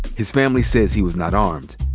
his family says he was not armed.